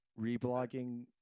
reblogging